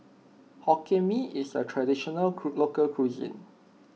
Hokkien Mee is a traditional local cuisine